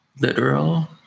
literal